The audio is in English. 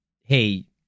hey